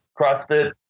CrossFit